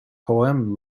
poem